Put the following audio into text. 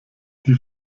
die